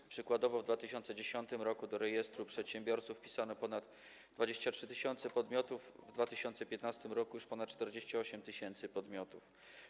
Na przykład w 2010 r. do rejestru przedsiębiorców wpisano ponad 23 tys. podmiotów, a w 2015 r. wpisano już ponad 48 tys. podmiotów.